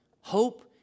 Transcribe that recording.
Hope